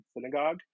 synagogue